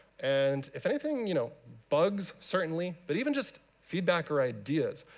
and if anything, you know bugs certainly. but even just feedback or ideas.